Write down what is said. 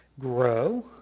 grow